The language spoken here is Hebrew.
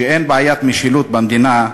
שאין בעיית משילות במדינה,